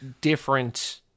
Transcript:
different